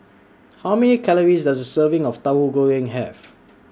How Many Calories Does A Serving of Tauhu Goreng Have